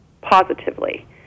positively